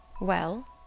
Well